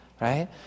right